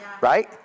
Right